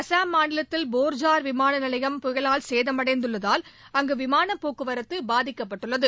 அசாம் மாநிலத்தில் போர்ஜார் விமான நிலையம் புயலால் சேதமடைந்துள்ளதால் அங்கு விமானப் போக்குவரத்து பாதிக்கப்பட்டுள்ளது